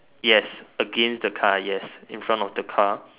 yes against the car yes in front of the car